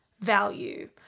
value